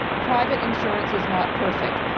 private insurance is not perfect.